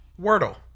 wordle